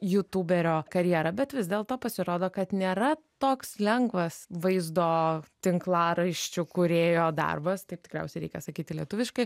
jutūberio karjerą bet vis dėlto pasirodo kad nėra toks lengvas vaizdo tinklaraščių kūrėjo darbas taip tikriausiai reikia sakyti lietuviškai